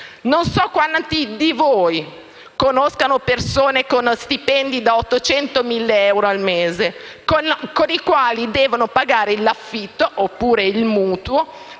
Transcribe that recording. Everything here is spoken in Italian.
Non so quanti di voi conoscano persone con stipendi di 800-1.000 euro al mese, con i quali devono pagare l'affitto o il mutuo,